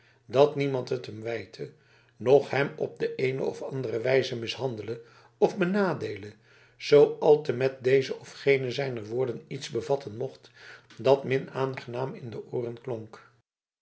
dat niemand het hem wijte noch hem op de eene of andere wijze mishandele of benadeele zoo altemet deze of gene zijner woorden iets bevatten mocht dat min aangenaam in de ooren klonk